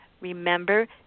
remember